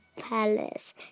Palace